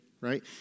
right